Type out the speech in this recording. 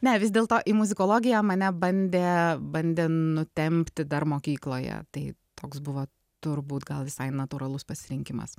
ne vis dėl to į muzikologiją mane bandė bandė nutempti dar mokykloje tai toks buvo turbūt gal visai natūralus pasirinkimas